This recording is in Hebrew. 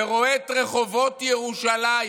ורואה את רחובות ירושלים